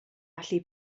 allu